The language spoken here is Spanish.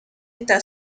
esta